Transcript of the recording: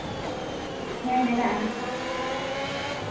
ᱦᱮᱸ ᱢᱮᱱᱟᱜᱼᱟ